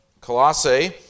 Colossae